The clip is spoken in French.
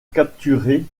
capturer